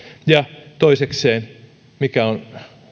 ja toisekseen mikä on